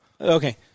Okay